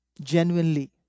Genuinely